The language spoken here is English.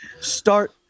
start